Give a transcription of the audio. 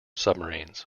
submarines